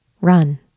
run